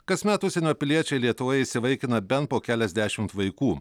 kasmet užsienio piliečiai lietuvoje įsivaikina bent po keliasdešimt vaikų